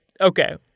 Okay